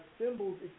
symbols